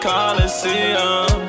Coliseum